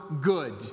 good